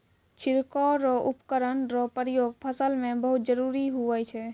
छिड़काव रो उपकरण रो प्रयोग फसल मे बहुत जरुरी हुवै छै